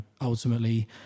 ultimately